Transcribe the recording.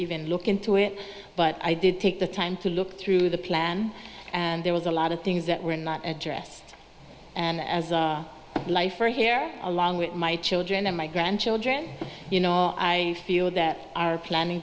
even look into it but i did take the time to look through the plan and there was a lot of things that were not addressed and as life are here along with my children and my grandchildren you know i feel that our planning